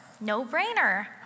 no-brainer